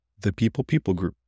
thepeoplepeoplegroup